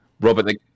Robert